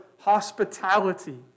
hospitality